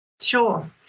Sure